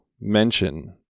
mention